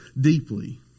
deeply